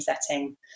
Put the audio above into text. setting